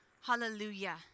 Hallelujah